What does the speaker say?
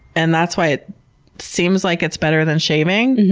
and that's why it seems like it's better than shaving,